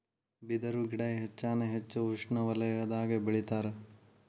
ಬಿದರು ಗಿಡಾ ಹೆಚ್ಚಾನ ಹೆಚ್ಚ ಉಷ್ಣವಲಯದಾಗ ಬೆಳಿತಾರ